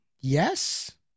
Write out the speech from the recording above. yes